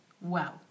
wow